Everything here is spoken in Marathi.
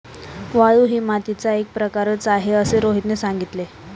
वाळू ही मातीचा एक प्रकारच आहे असे रोहितने सांगितले